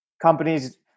Companies